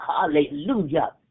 Hallelujah